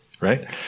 right